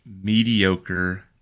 mediocre